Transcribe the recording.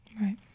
Right